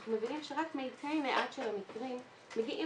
אנחנו מבינים שרק מתי מעט של המקרים מגיעים